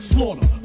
Slaughter